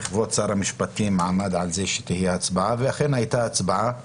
כבוד שר המשפטים עמד על זה שתהיה הצבעה ואכן הייתה הצבעה.